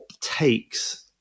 takes